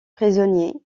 prisonnier